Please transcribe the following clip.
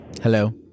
Hello